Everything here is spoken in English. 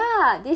ya